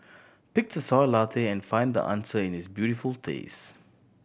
pick the Soy Latte and find the answer in its beautiful taste